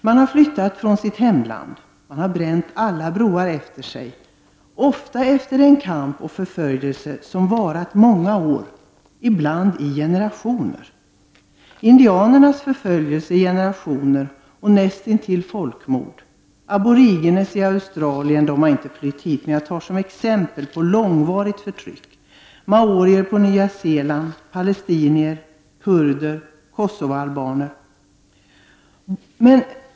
Man har flytt från sitt hemland, har bränt alla broar efter sig, ofta efter en kamp och förföljelse som varat många år, kanske generationer — indianernas förföljelse i generationer och näst intill folkmord, aboriginerna i Australien — de har inte flytt hit men jag nämner dem som ett exempel på långvarigt förtryck — maorierna på Nya Zeeland, palestinier, kurder, kosovoalbaner.